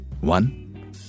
One